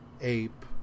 ape